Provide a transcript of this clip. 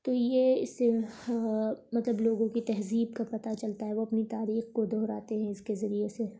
تو یہ اس سے مطلب لوگوں کی تہذیب کا پتہ چلتا ہے وہ اپنی تاریخ کو دہراتے ہیں اس کے ذریعے سے